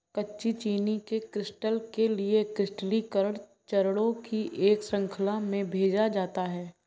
कच्ची चीनी के क्रिस्टल के लिए क्रिस्टलीकरण चरणों की एक श्रृंखला में भेजा जाता है